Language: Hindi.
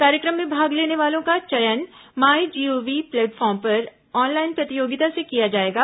कार्यक्रम में भाग लेने वालों का चयन माईजीओवी प्लेटफॉर्म पर ऑनलाइन प्रतियोगिता से किया जाएगा